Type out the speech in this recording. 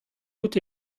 out